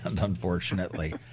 unfortunately